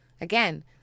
Again